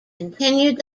continued